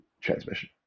transmission